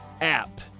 app